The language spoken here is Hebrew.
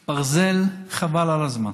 ברזל, חבל על הזמן,